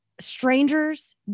strangers